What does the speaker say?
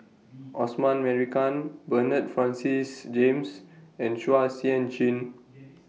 Osman Merican Bernard Francis James and Chua Sian Chin